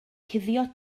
cuddio